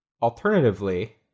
alternatively